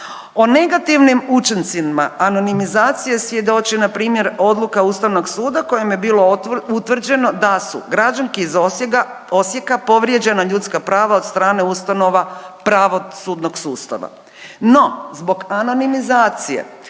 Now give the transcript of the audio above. O negativnim učincima anonimizacije, svjedoče npr. odluka Ustavnog suda kojom je bilo utvrđeno da su građanski iz Osijeka povrijeđena ljudska prava od strane ustanova pravosudnog sustava. No, zbog anonimizacije